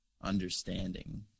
understanding